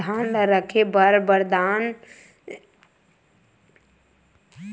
धान ल रखे बर बारदाना काबर मिलही?